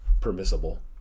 permissible